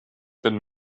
been